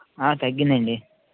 తగ్గింది అండి